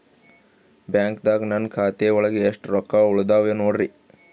ಬ್ಯಾಂಕ್ದಾಗ ನನ್ ಖಾತೆ ಒಳಗೆ ಎಷ್ಟ್ ರೊಕ್ಕ ಉಳದಾವ ನೋಡ್ರಿ?